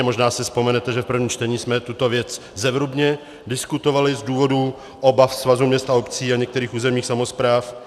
Možná si vzpomenete, že v prvním čtení jsme tuto věc zevrubně diskutovali z důvodu obav Svazu měst a obcí a některých územních samospráv.